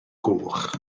goch